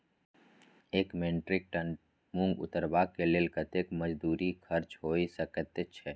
एक metric ton मूंग उतरबा के लेल कतेक मजदूरी खर्च होय सकेत छै?